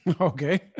Okay